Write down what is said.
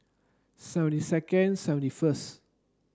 seventy second seventy first